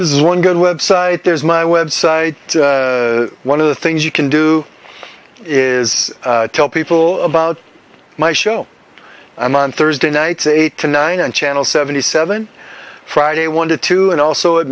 this is one good website there's my website one of the things you can do is tell people about my show i'm on thursday nights eight to nine on channel seventy seven friday one to two and also at